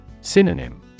Synonym